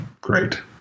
Great